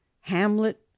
hamlet